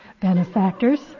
Benefactors